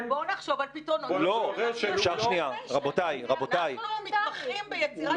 --- בואו נחשוב על פתרונות ------ אז את רואה?